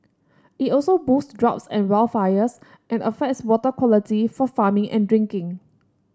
it also boosts droughts and wildfires and affects water quality for farming and drinking